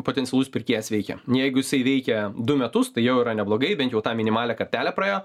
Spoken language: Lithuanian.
potencialus pirkėjas veikia jeigu jisai veikia du metus tai jau yra neblogai bent jau tą minimalią kartelę praėjo